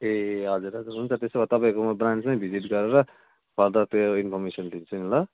ए हजुर हजुर हुन्छ त्यसो भए तपाईँको म ब्रान्चमै भिजिट गरेर फर्दर त्यो इन्फर्मेसन लिन्छु नि ल